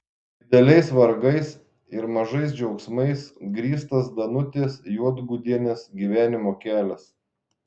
dideliais vargais ir mažais džiaugsmais grįstas danutės juodgudienės gyvenimo kelias